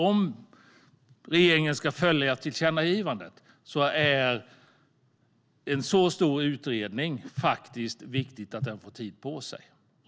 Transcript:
Om regeringen ska följa tillkännagivandet är det viktigt att en så här stor utredning får tid på sig.